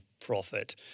profit